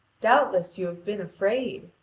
doubtless you have been afraid.